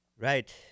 Right